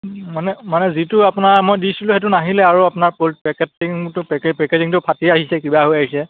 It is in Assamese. মানে মানে যিটো আপোনাৰ মই দিছিলোঁ সেইটো নাহিলে আৰু আপোনাৰ পেকেটিংটো পেকেজিংটো ফাটি আহিছে কিবা হৈ আহিছে